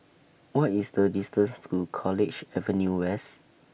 What IS The distance to College Avenue West